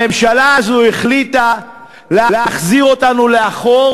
הממשלה הזאת החליטה להחזיר אותנו לאחור